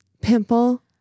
Pimple